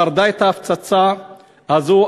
שרדה את הפצצה הזאת,